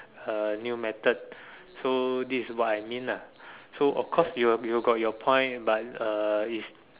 uh new method so this is what I mean lah so of course you have you got your point but uh is